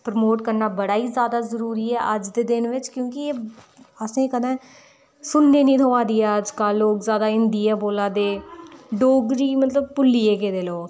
promote करना बड़ा गै ज़्यादा ज़रूरी ऐ अज्ज दे दिन बिच्च क्योंकि एह् असें कदें सुनने निं थ्होआ दी ऐ अज्ज्कल लोक हिंदी गै बोल्लै दे डोगरी मतलब भुल्ली ऐ गेदे लोक